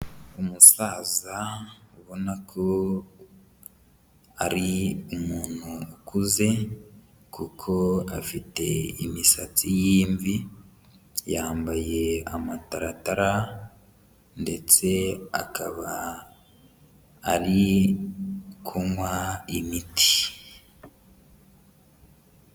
Umusaza ubona ko ari umuntu ukuze kuko afite imisatsi y'imvi, yambaye amataratara ndetse akaba ari kunywa imiti.